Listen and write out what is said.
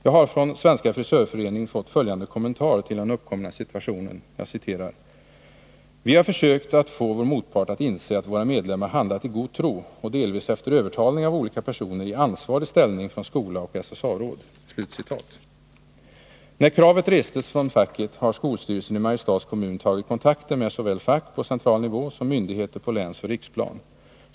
Jag har från Svenska frisörföreningen fått följande kommentar till den uppkomna situationen: ”Vi har försökt att få vår motpart att inse att våra medlemmar handlat i god tro och delvis efter övertalning av olika personer i ansvarig ställning från skola och SSA-råd.” När kravet från facket restes tog skolstyrelsen i Mariestads kommun kontakter med såväl fack på central nivå som myndigheter på länsoch riksplan.